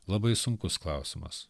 labai sunkus klausimas